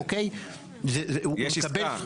יש עסקה.